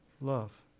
Love